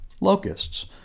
locusts